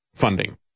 funding